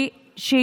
נכון.